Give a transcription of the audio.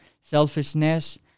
selfishness